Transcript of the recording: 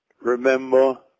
Remember